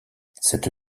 cette